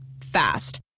Fast